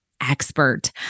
expert